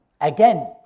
Again